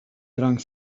drank